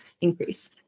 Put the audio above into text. increase